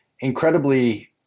incredibly